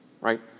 right